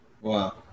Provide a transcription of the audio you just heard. Wow